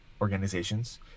organizations